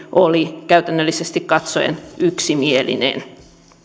oli käytännöllisesti katsoen yksimielinen